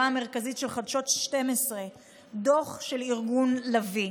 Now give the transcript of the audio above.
המרכזית של חדשות 12 דוח של ארגון לביא,